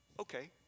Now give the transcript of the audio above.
Okay